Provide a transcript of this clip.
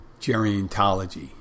gerontology